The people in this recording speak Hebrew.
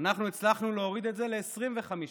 אנחנו הצלחנו להוריד את זה ל-25%,